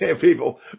people